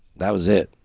that was it.